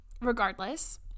regardless